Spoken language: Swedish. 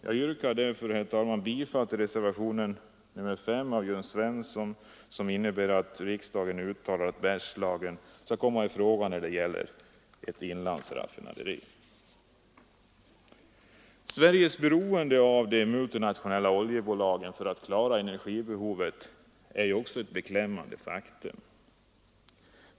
Jag kommer därför, herr talman, att yrka bifall till reservationen 5 av herr Svensson i Malmö som innebär att riksdagen uttalar att Bergslagen skall komma i fråga för ett inlandsraffinaderi. Sveriges beroende av de multinationella oljebolagen för att klara energibehoven är ett beklämmande faktum.